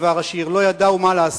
כדבר השיר: "לא ידע הוא מה לעשות,